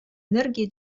энергии